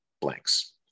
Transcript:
blanks